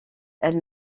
elles